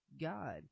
God